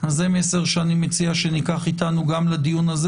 זה מסר שאני מציע שניקח אתנו גם לדיון הזה